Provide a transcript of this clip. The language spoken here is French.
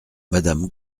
madame